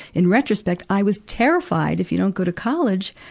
in retrospect, i was terrified. if you don't go to college,